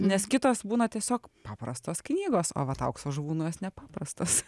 nes kitos būna tiesiog paprastos knygos o vat aukso žuvų nu jos nepaprastos